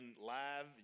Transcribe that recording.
live